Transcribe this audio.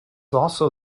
also